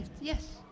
yes